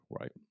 right